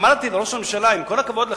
אמרתי לראש הממשלה: עם כל הכבוד לך,